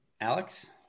Alex